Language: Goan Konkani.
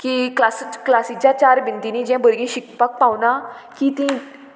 की क्लास क्लासीच्या चार भिंतीनी जें भुरगीं शिकपाक पावना की तीं